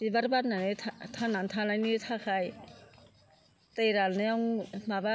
बिबार बारनानै थांनानै थानायनि थाखाय दै राननायाव माबा